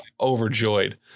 overjoyed